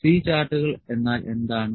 C ചാർട്ടുകൾ എന്നാൽ എന്താണ്